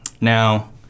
Now